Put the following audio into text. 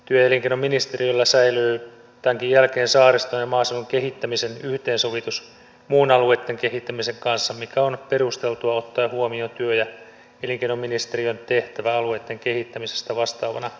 työ ja elinkeinoministeriöllä säilyy tämänkin jälkeen saariston ja maaseudun kehittämisen yhteensovitus muun alueitten kehittämisen kanssa mikä on perusteltua ottaen huomioon työ ja elinkeinoministeriön tehtävän alueitten kehittämisestä vastaavana ministeriönä